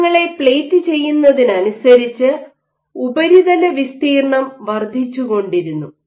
കോശങ്ങളെ പ്ലേറ്റ് ചെയ്യുന്നതിനനുസരിച്ച് ഉപരിതലവിസ്തീർണം വർദ്ധിച്ചുകൊണ്ടിരുന്നു